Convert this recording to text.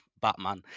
batman